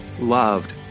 loved